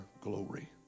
glory